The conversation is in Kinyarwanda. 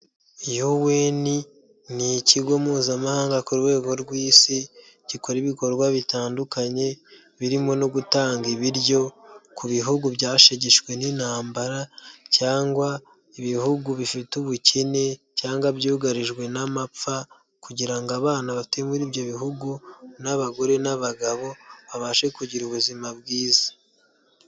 Yuweni ni ikigo mpuzamahanga ku rwego rw'isi, gikora ibikorwa bitandukanye, birimo no gutanga ibiryo ku bihugu byashegeshwe n'intambara, cyangwa ibihugu bifite ubukene, cyangwa byugarijwe n'amapfa, kugira ngo abana bate muri ibyo bihugu n'abagore n'abagabo babashe kugira ubuzima bwiza.